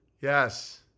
Yes